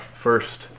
first